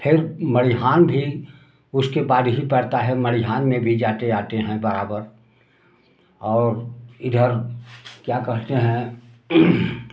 फिर माड़िहान भी उसके बाद ही पड़ता है माड़िहान में भी जाते आते हैं बराबर और इधर क्या कहते हैं